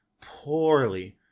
poorly